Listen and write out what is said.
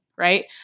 Right